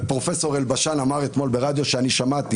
ופרופסור אלבשן אמר אתמול ברדיו ושמעתי